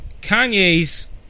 Kanye's